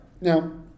Now